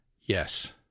Yes